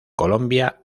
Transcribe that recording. colombia